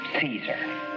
Caesar